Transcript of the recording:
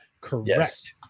Correct